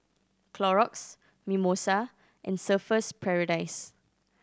Clorox Mimosa and Surfer's Paradise